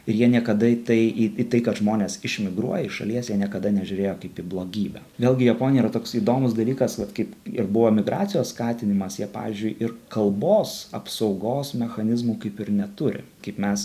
ir jie niekada į tai į į tai kad žmonės išmigruoja iš šalies jie niekada nežiūrėjo kaip į blogybę vėlgi japonija yra toks įdomus dalykas vat kaip ir buvo migracijos skatinimas jie pavyzdžiui ir kalbos apsaugos mechanizmų kaip ir neturi kaip mes